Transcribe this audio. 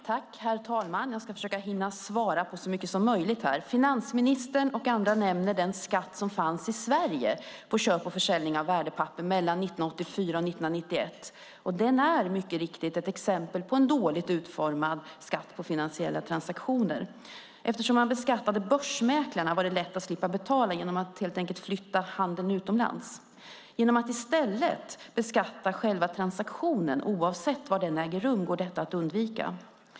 Herr talman! Jag ska försöka hinna svara på så mycket som möjligt. Finansministern och andra nämner den skatt på köp och försäljning av värdepapper som fanns i Sverige mellan 1984 och 1991. Den är mycket riktigt ett exempel på en dåligt utformad skatt på finansiella transaktioner. Eftersom man beskattade börsmäklarna var det lätt att slippa betala genom att helt enkelt flytta handeln utomlands. Genom att i stället beskatta själva transaktionen, oavsett var den äger rum, går detta att undvika.